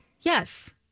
Yes